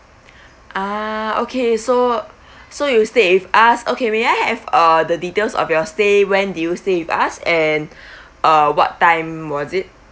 ah okay so so you stay with us okay may I have uh the details of your stay when did you stay with us and uh what time was it